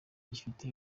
gifite